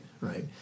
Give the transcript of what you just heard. right